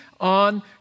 on